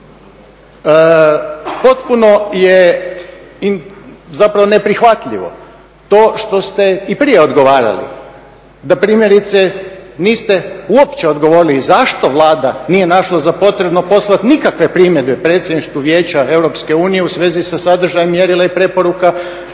Potpuno je zapravo neprihvatljivo to što ste i prije odgovarali da primjerice niste uopće odgovorili zašto Vlada nije našla za potrebno poslati nikakve primjedbe predsjedništvu Vijeća Europske unije u svezi sa sadržajem mjerila i preporuka